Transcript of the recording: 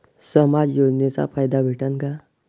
समाज योजनेचा फायदा भेटन का?